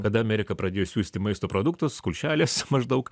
kada amerika pradėjo siųsti maisto produktus kulšelės maždaug